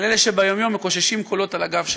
על אלה שביום-יום מקוששים קולות על הגב שלך,